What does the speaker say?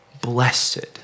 blessed